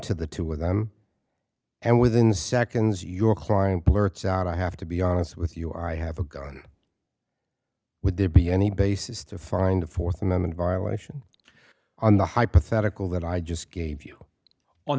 to the two of them and within seconds your client blurts out i have to be honest with you i have a gun would there be any basis to find a fourth amendment violation on the hypothetical that i just gave you on